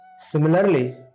Similarly